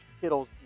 Kittle's